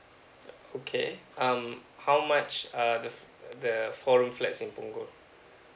okay um how much are the the four room flats in punggol